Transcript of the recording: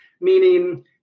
meaning